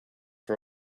for